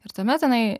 ir tuomet jinai